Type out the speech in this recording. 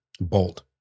bolt